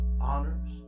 honors